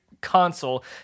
Console